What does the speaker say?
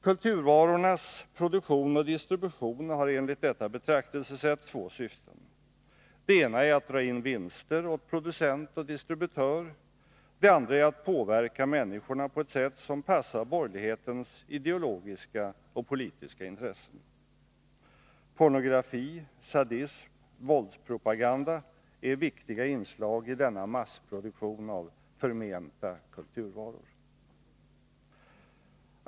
Kulturvarornas produktion och distribution har enligt detta betraktelsesätt två syften. Det ena är att dra in vinster åt producent och distributör. Det andra är att påverka människorna på ett sätt som passar borgerlighetens ideologiska och politiska intressen. Pornografi, sadism, våldspropaganda är viktiga inslag i denna massproduktion av förmenta kulturvaror.